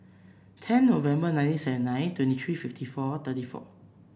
ten November nineteen seven nine twenty three fifty four thirty four